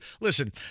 Listen